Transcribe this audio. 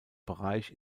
bereich